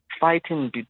fighting